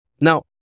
Now